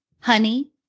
Honey